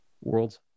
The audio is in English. worlds